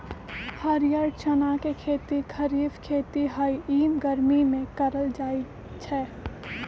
हरीयर चना के खेती खरिफ खेती हइ इ गर्मि में करल जाय छै